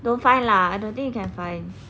don't find lah I don't think you can find